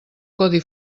codi